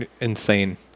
insane